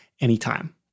anytime